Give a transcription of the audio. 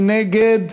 מי נגד?